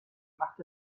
macht